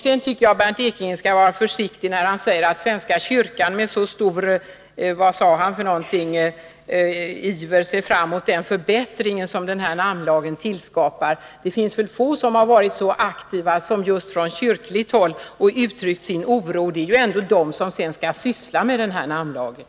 Jag tycker att Bernt Ekinge skall vara försiktig när han säger att svenska kyrkan med så stor iver ser fram mot den förbättring som den här namnlagen tillskapar. Det finns väl få som har varit så aktiva som man varit just från kyrkligt håll när man har uttryckt sin oro. Det är ju kyrkans företrädare som skall syssla med den här namnlagen.